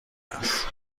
است